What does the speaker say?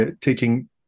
teaching